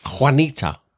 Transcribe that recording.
Juanita